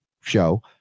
show